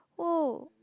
!woah!